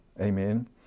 Amen